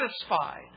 satisfied